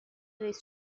رییس